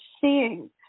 seeing